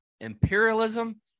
imperialism